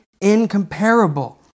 incomparable